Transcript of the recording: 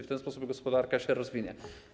W ten sposób gospodarka się rozwinie.